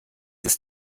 ist